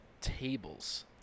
tables